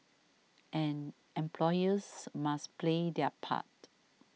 and employers must play their part